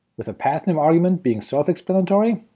with the pathname argument being self-explanatory,